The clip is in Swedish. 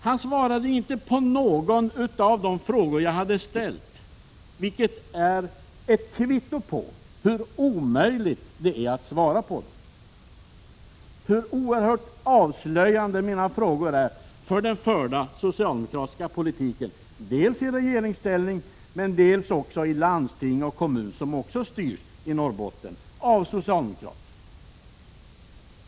Han svarade inte på någon av de frågor jag hade ställt, vilket är ett kvitto på hur omöjligt det är att svara på dem. Det visar hur oerhört avslöjande mina frågor är för den förda socialdemokratiska politiken; dels den politik som regeringen för, dels också den politik som förs i landsting och kommun, vilka i Norrbotten styrs av socialdemokrater.